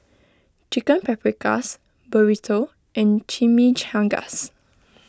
Chicken Paprikas Burrito and Chimichangas